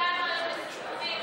הגענו לאיזשהו סיכומים,